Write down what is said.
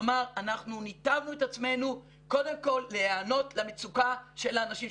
כלומר אנחנו ניתבנו את עצמנו קודם כל להיענות למצוקה של האנשים,